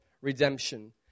redemption